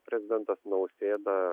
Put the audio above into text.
prezidentas nausėda